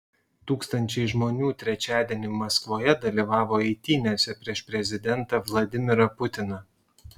tūkstančiai žmonių trečiadienį maskvoje dalyvavo eitynėse prieš prezidentą vladimirą putiną